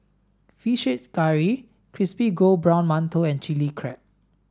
fish head curry crispy golden brown mantou and chili crab